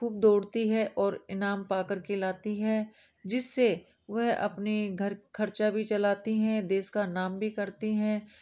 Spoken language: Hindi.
खूब दौड़ती है और इनाम पा करके लाती है जिससे वह अपने घर खर्चा भी चलाती हैं देश का नाम भी करती हैं